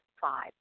Five